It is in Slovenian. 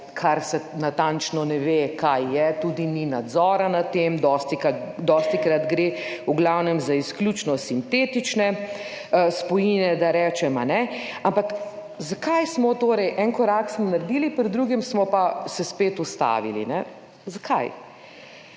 kar se natančno ne ve kaj je, tudi ni nadzora nad tem, dostikrat, dostikrat gre v glavnem za izključno sintetične spojine, da rečem. Ampak zakaj smo torej, en korak smo naredili, pri drugem smo pa se spet ustavili? Zakaj?